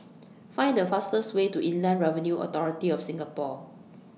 Find The fastest Way to Inland Revenue Authority of Singapore